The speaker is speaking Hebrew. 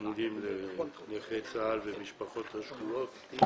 שנוגעים לנכי צה"ל והמשפחות השכולות,